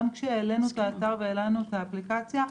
גם כשהעלינו את האתר והעלינו את האפליקציה,